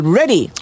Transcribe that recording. ready